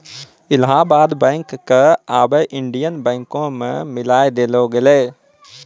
Allahabad bank क आबै Indian बैंको मे मिलाय देलो गेलै